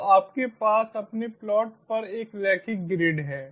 तो आपके पास अपने प्लॉट पर एक रैखिक ग्रिड है